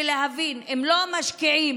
ולהבין שאם לא משקיעים